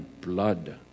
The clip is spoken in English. blood